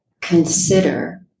consider